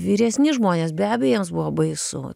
vyresni žmonės be abejo jiems buvo baisu